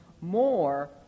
more